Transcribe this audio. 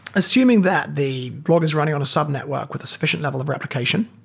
assuming that the blog is running on a sub-network with a suffi cient level of replication,